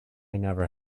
never